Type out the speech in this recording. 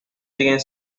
siguen